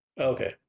Okay